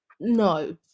No